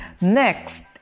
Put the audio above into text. Next